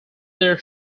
their